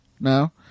now